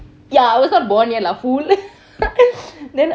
ya I was not born yet lah you fool then